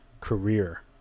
career